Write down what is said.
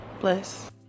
bless